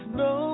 no